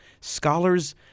Scholars